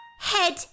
Head